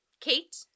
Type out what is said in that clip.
Kate